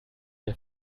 der